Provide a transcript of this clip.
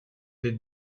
des